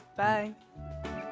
Bye